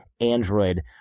Android